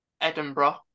Edinburgh